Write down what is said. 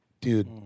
dude